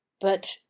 But